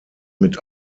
mit